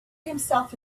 himself